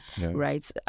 right